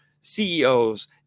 CEOs